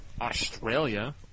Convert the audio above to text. Australia